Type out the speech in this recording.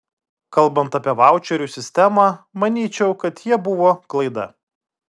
kalbant apie vaučerių sistemą manyčiau kad jie buvo klaida